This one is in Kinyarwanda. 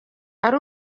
ari